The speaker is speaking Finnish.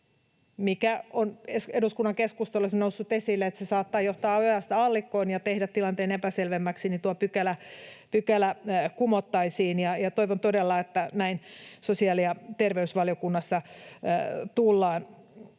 mikä on eduskunnan keskustelussa noussut esille, että se saattaa johtaa ojasta allikkoon ja tehdä tilanteen epäselvemmäksi — tuo pykälä kumottaisiin, ja toivon todella, että näin sosiaali- ja terveysvaliokunnassa tehdään.